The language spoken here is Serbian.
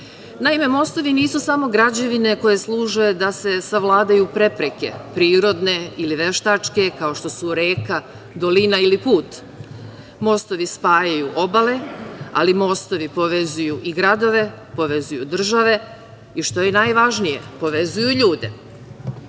pisao. Naime, mostovi nisu samo građevine koje služe da se savladaju prepreke, prirodne ili veštačke, kao što su reka, dolina ili put, mostovi spajaju obale, ali mostovi povezuju i gradove, povezuju države i što je najvažnije, povezuju ljude. Dobri